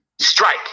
strike